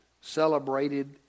celebrated